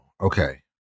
okay